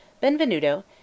Benvenuto